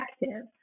effective